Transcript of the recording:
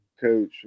coach